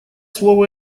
слово